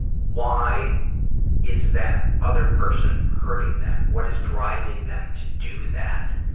why is that other person hurting them? what is driving them to do that?